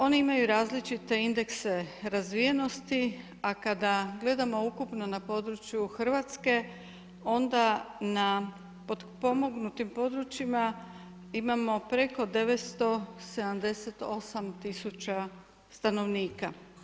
Ona imaju različite indekse razvijenosti a kada gledamo ukupno na području Hrvatske onda na potpomognutim područjima imamo preko 978 tisuća stanovnika.